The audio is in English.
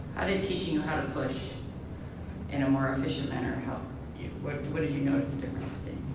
how did teaching you how to push in a more efficient manner help you, what did you notice the